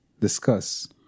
discuss